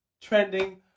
Trending